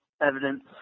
evidence